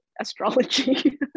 astrology